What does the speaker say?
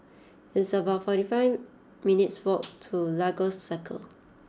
it's about forty five minutes' walk to Lagos Circle